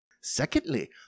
Secondly